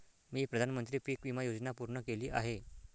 मी प्रधानमंत्री पीक विमा योजना पूर्ण केली आहे